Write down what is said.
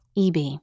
EB